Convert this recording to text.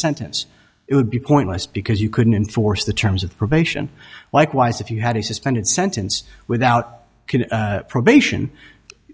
sentence it would be pointless because you couldn't enforce the terms of probation likewise if you had a suspended sentence without probation